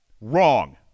Wrong